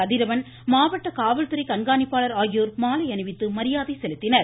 கதிரவன் மாவட்ட காவல்துறை கண்காணிப்பாளர் ஆகியோர் மாலை அணிவித்து மரியாதை செலுத்தினர்